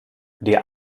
der